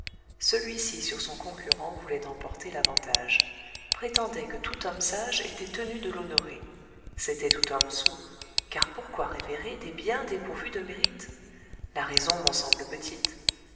celui-ci sur son concurrent voulait emporter l'avantage prétendait que tout homme sage était tenu de l'honorer c'était tout homme sot car pourquoi révérer des biens dépourvus de mérite la raison m'en semble petite